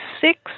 six